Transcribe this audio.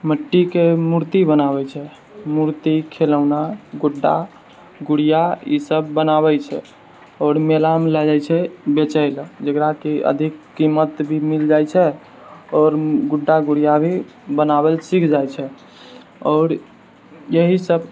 माटिके मूर्ति बनाबै छै मूर्ति खेलौना गुड्डा गुड़िया ई सब बनाबै छै आओर मेलामे लए जाए छै बेचै लए जकरा कि अधिक कीमत भी मिल जाइ छै आओर गुड्डा गुड़िया भी बनाबै लए सीख जाइ छै आओर यही सब